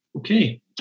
Okay